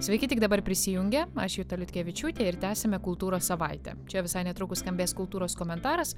sveiki tik dabar prisijungę aš juta liutkevičiūtė ir tęsiame kultūros savaitę čia visai netrukus skambės kultūros komentaras